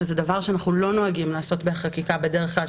שזה דבר שאנחנו לא נוהגים לעשות בחקיקה בדרך כלל,